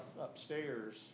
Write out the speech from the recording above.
upstairs